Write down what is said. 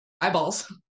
eyeballs